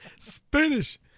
Spanish